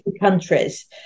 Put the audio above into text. countries